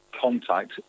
contact